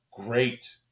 Great